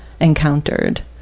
Encountered